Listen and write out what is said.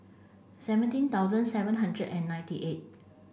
seventeen thousand seven hundred and ninety eight